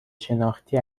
شناختی